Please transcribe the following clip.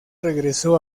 regresó